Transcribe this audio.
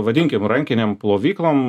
vadinkim rankinėm plovyklom